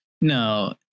No